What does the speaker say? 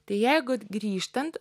tai jeigu grįžtant